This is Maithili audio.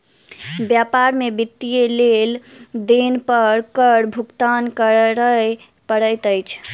व्यापार में वित्तीय लेन देन पर कर भुगतान करअ पड़ैत अछि